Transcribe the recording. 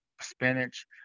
spinach